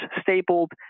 stapled